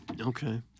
Okay